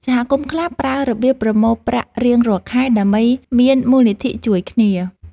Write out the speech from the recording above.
សហគមន៍ខ្លះប្រើរបៀបប្រមូលប្រាក់រៀងរាល់ខែដើម្បីមានមូលនិធិជួយគ្នា។